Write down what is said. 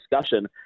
discussion